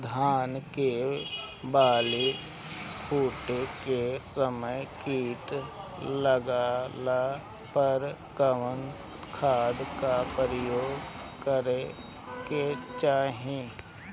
धान के बाली फूटे के समय कीट लागला पर कउन खाद क प्रयोग करे के चाही?